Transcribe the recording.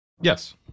yes